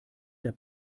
der